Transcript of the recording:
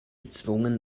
gezwungen